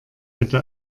hätte